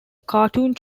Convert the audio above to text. cartoon